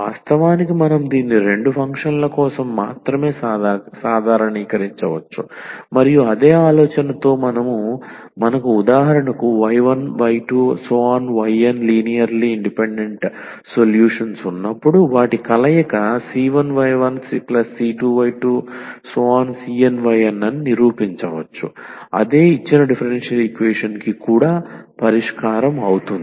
వాస్తవానికి మనం దీన్ని రెండు ఫంక్షన్ల కోసం మాత్రమే సాధారణీకరించవచ్చు మరియు అదే ఆలోచనతో మనకు ఉదాహరణకు y1 y2 yn linearly independent సొల్యూషన్స్ఉన్నప్పుడు వాటి కలయిక c1y1c2y2⋯cnyn అని నిరూపించవచ్చు అదే ఇచ్చిన డిఫరెన్షియల్ ఈక్వేషన్ కి కూడా పరిష్కారం అవుతుంది